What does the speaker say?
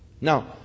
Now